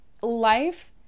life